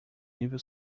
nível